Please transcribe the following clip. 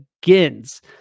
begins